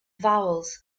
vowels